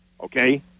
okay